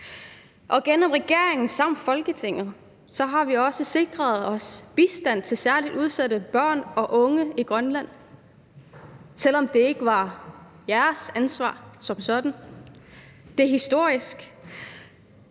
Og gennem regeringen samt Folketinget har vi også sikret os bistand til særligt udsatte børn og unge i Grønland, selv om det ikke er jeres ansvar som sådan. Det er historisk.